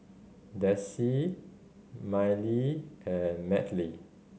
Dessie Mylee and Mattye